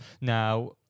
Now